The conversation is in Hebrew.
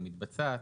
מתבצעת,